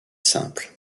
simple